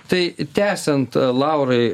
tai tęsiant laurai